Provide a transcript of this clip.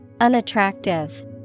Unattractive